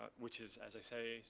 which is, as i say,